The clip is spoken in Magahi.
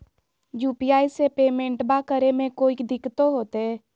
यू.पी.आई से पेमेंटबा करे मे कोइ दिकतो होते?